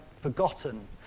forgotten